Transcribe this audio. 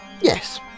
yes